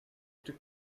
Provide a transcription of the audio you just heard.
took